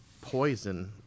Poison